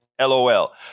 LOL